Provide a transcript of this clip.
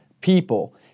people